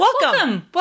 Welcome